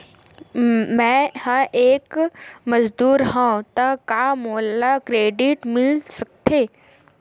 मैं ह एक मजदूर हंव त का मोला क्रेडिट मिल सकथे?